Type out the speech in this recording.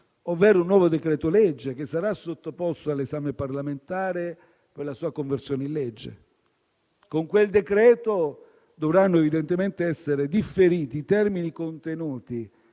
ovvero un nuovo decreto-legge che sarà sottoposto all'esame parlamentare per la sua conversione in legge. Con quel decreto dovranno, evidentemente, essere differiti i termini contenuti